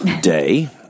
day